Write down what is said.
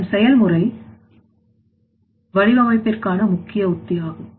இதன் செயல்முறை வடிவம் அமைப்பிற்கான முக்கிய உத்தி ஆகும்